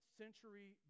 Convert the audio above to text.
century